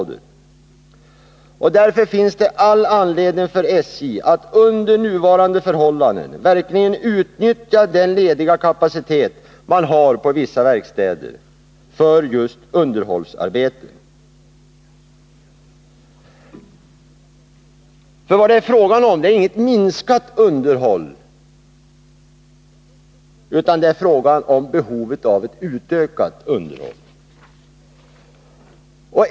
Därför finns det all anledning för SJ att under nuvarande förhållanden verkligen utnyttja den lediga kapaciteten på vissa verkstäder för just underhållsarbeten. Det är inte fråga om något minskat underhåll utan om behov av ett ökat underhåll.